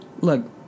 Look